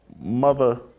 Mother